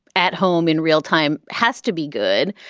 at home in real time has to be good.